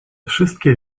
wszystkie